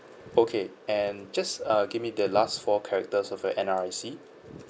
okay and just uh give me the last four characters of your N_R_I_C